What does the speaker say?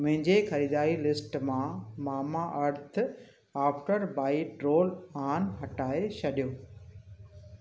मुंहिंजी ख़रीदारी लिस्ट मां Mamaearth after bite roll on हटाए छॾियो